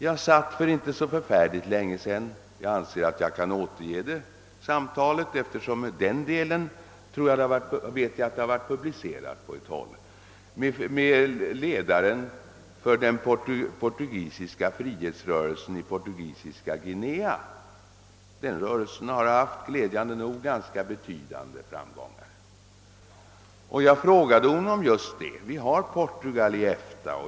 Jag hade för inte så länge sedan ett samtal med ledaren för frihetsrörelsen i Portugisiska Guinea, och jag anser att jag kan återge ett avsnitt av samtalet, eftersom jag vet att den delen publicerats på ett håll. Denna rörelse har glädjande nog haft ganska betydande framgångar. Jag sade till honom: »Vi har Portugal i EFTA.